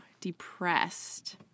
depressed